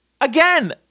again –